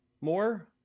more